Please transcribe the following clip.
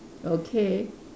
okay